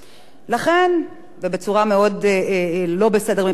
לכן, ובצורה מאוד לא בסדר מבחינתי,